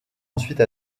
ensuite